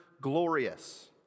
Glorious